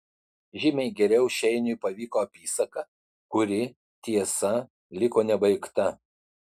žymiai geriau šeiniui pavyko apysaka kuri tiesa liko nebaigta